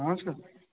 ହଁ ସାର୍